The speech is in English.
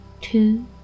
two